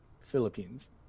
Philippines